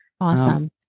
Awesome